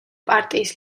პარტიის